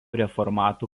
reformatų